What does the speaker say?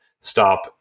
stop